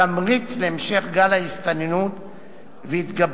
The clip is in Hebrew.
תמריץ להמשך גל ההסתננות ולהתגברותו.